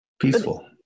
Peaceful